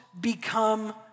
become